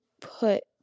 put